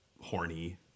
horny